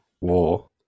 War